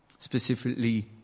Specifically